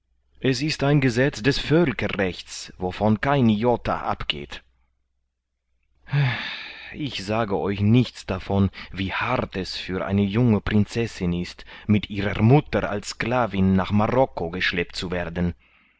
es ist ein gesetz des völkerrechts wovon kein jota abgeht ich sage euch nichts davon wie hart es für eine junge prinzessin ist mit ihrer mutter als sklavin nach marokko geschleppt zu werden